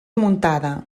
muntada